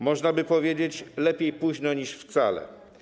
Można by powiedzieć: lepiej późno niż wcale.